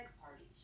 parties